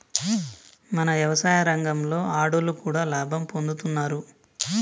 మన యవసాయ రంగంలో ఆడోళ్లు కూడా లాభం పొందుతున్నారు